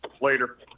Later